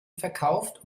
verkauft